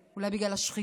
אולי בגלל השחיתות?